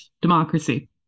Democracy